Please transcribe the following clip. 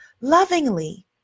lovingly